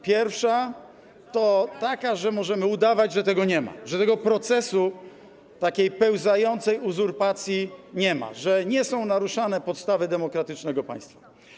Pierwsza to taka, że możemy udawać, że tego nie ma, że procesu pełzającej uzurpacji nie ma, że nie są naruszane podstawy demokratycznego państwa.